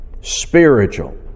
spiritual